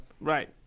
Right